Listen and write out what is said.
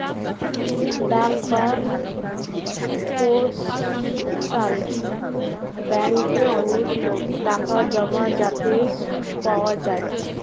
ডাক বা পোস্টাল ব্যাঙ্কে অনেক লোক টাকা জমায় যাতে সুদ পাওয়া যায়